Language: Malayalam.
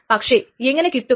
അതിനെ ഞാൻ ഇവിടെ എഴുതുകയാണ്